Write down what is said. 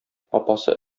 апасы